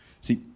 See